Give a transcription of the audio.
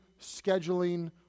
scheduling